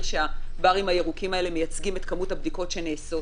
שהברים הירוקים מייצגים את כמות הבדיקות שנעשית